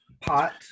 Pot